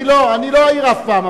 אני לא אעיר אף פעם,